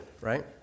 right